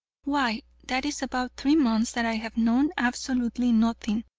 why, that is about three months that i have known absolutely nothing.